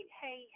hey